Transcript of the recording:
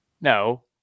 No